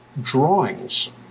drawings